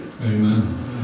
Amen